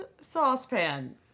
saucepan